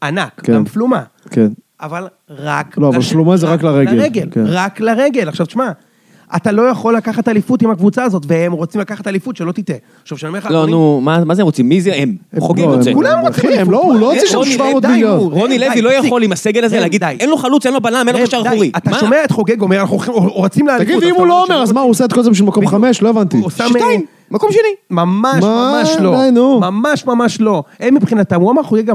ענק, גם פלומה. כן. אבל רק... לא, אבל שלומה זה רק לרגל. רק לרגל, רק לרגל. עכשיו, שמע, אתה לא יכול לקחת אליפות עם הקבוצה הזאת והם רוצים לקחת אליפות שלא תיטעה. עכשיו, שאני אומר לך, אני... לא, נו, מה זה הם רוצים? מי זה הם? חוגג רוצה... כולם מתחילים. הוא לא רוצה שישו 700 מיליארד. רוני לוי לא יכול עם הסגל הזה להגיד די. אין לו חלוץ, אין לו בלם, אין לו קשר אחורי. די, אתה שומע את חוגג אומר, אנחנו רוצים להגיד... תגיד, אם הוא לא אומר, אז מה, הוא עושה את כל זה בשביל מקום חמש? לא הבנתי. שתיים. מקום שני. ממש, ממש לא. מה עדיין, נו? ממש, ממש לא. הם מבחינתם, הוא אמר,